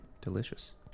Delicious